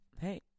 hey